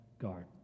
guard